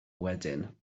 wedyn